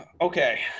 Okay